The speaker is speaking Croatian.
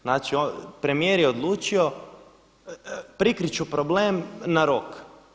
Znači premijer je odlučio prikriti ću problem na rok.